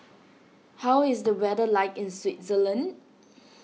how is the weather like in Swaziland